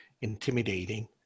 intimidating